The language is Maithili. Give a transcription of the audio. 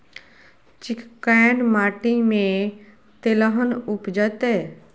चिक्कैन माटी में तेलहन उपजतै?